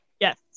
Yes